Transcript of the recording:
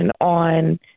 on